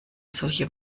solche